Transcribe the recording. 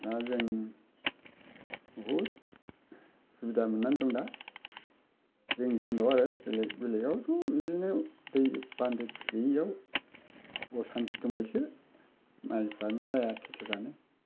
दा जों बहुत सुबिदा मोननानै दं दा जोंनि खुन्द'आव आरो बेलेगावबोथ' बिदिनो दै बान्दो गैयैयाव असान्थि दंबायसो माइफ्रानो जाया खेथिफ्रानो